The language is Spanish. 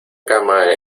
cama